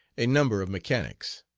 a number of mechanics.